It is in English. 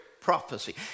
prophecy